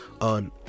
on